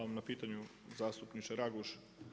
Hvala na pitanju, zastupniče Raguž.